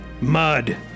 mud